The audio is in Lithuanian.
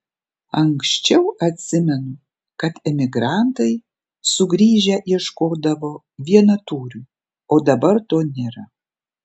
anksčiau atsimenu kad emigrantai sugrįžę ieškodavo vienatūrių o dabar to nėra